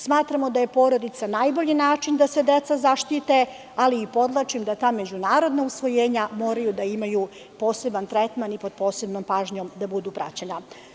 Smatramo da je porodica najbolji način da se deca zaštite, ali i podvlačim da ta međunarodna usvojenja moraju da imaju poseban tretman i pod posebnom pažnjom da budu praćena.